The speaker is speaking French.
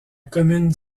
commune